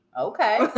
okay